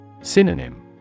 Synonym